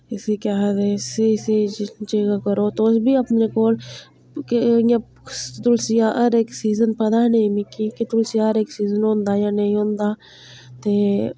इसी केह् आखदे स्हेई स्हेई चीजां करो तुस बी अपने कोल केह् इयां तुलसी दा हर इक सीजन पता नेईं मिकी कि तुलसी दा हर इक सीजन होंदा कि नेईं होंदा ते